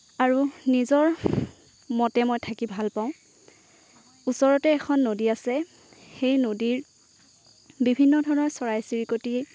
আৰু নিজৰ মতে মই থাকি মই ভাল পাওঁ ওচৰতে এখন নদী আছে সেই নদীৰ বিভিন্ন ধৰণৰ চৰাই চিৰিকতি